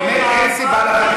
באמת אין סיבה.